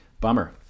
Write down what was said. Bummer